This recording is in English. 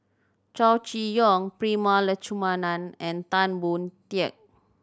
Chow Chee Yong Prema Letchumanan and Tan Boon Teik